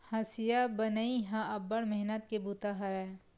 हँसिया बनई ह अब्बड़ मेहनत के बूता हरय